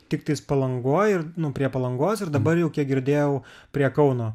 tiktais palangoj ir prie palangos ir dabar jau kiek girdėjau prie kauno